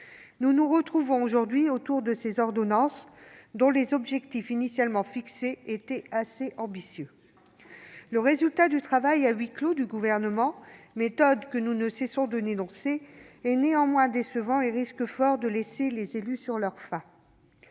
Nous nous retrouvons aujourd'hui autour de la ratification de ces ordonnances, dont les objectifs initialement fixés étaient assez ambitieux. Le résultat du travail à huis clos du Gouvernement, méthode que nous ne cessons de dénoncer, est néanmoins décevant et risque fort de laisser les élus sur leur faim.